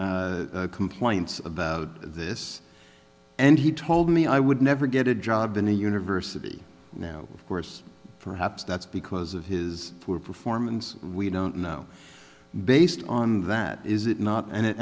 making complaints about this and he told me i would never get a job in a university now of course perhaps that's because of his poor performance we don't know based on that is it not and